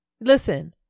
Listen